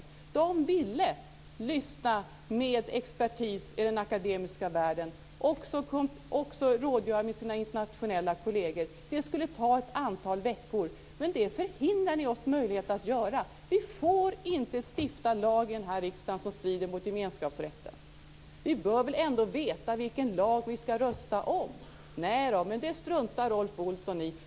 Nämnden ville lyssna med expertis i den akademiska världen och rådgöra med sina internationella kolleger. Det skulle ha tagit ett antal veckor. Men detta förvägrade ni oss möjlighet att göra. Vi får inte stifta lag i den här riksdagen som strider mot gemenskapsrätten. Vi bör väl ändå veta vilken lag vi ska rösta om. Nej, det struntar Rolf Olsson i.